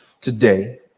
today